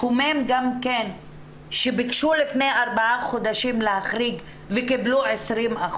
מקומם גם כן שביקשו לפני ארבעה חודשים להחריג וקיבלו 20%,